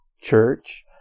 Church